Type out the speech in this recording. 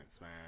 man